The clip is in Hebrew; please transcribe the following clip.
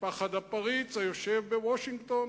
מפחד הפריץ היושב בוושינגטון.